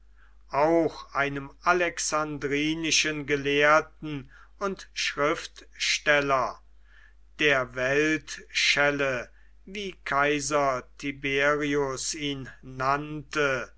auch einem alexandrinischen gelehrten und schriftsteller der weltschelle wie kaiser tiberius ihn nannte